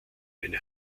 eine